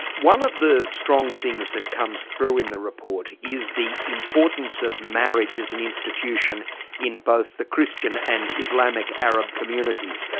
one of the strong things that comes through in the report is the importance of marriage as an institution in both the christian and islamic arab communities.